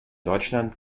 deutschland